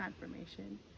Confirmation